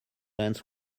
lens